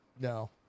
no